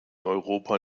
europa